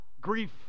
grief